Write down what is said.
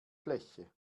fläche